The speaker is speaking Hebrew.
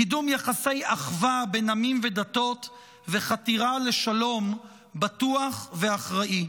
קידום יחסי אחווה בין עמים ודתות וחתירה לשלום בטוח ואחראי.